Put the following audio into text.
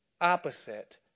opposite